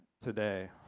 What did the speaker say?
today